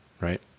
right